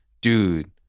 dude